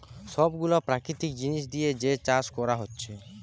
সব গুলা প্রাকৃতিক জিনিস দিয়ে যে চাষ কোরা হচ্ছে